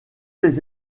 les